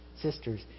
sisters